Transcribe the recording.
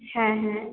হ্যাঁ হ্যাঁ তো